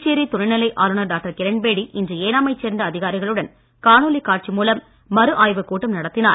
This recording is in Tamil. புதுச்சேரி துணைநிலை ஆளுநர் டாக்டர் கிரண் பேடி இன்று ஏனாமைச் சேர்ந்த அதிகாரிகளுடன் காணொளி காட்சி மூலம் மறுஆய்வுக் கூட்டம் நடத்தினார்